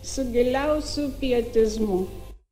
su giliausiu pietizmu